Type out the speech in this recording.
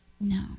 No